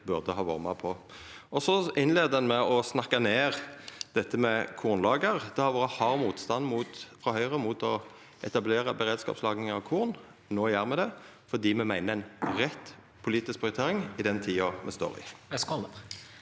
burde ha vore med på. Så innleier ein med å snakka ned dette med kornlager. Det har vore hard motstand frå Høgre mot å etablera beredskapslagring av korn. No gjer me det, for me meiner det er ei rett politisk prioritering i den tida me står i.